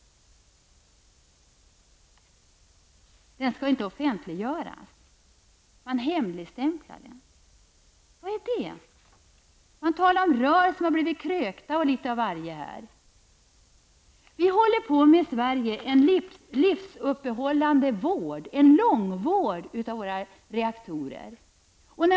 Den skall inte offentliggöras, man hemligstämplar den. Vad är detta? Man talar bl.a. om rör som blivit krökta. Vi håller i Sverige på med en livsuppehållande vård -- en långvård -- av våra reaktorer.